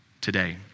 today